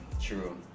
true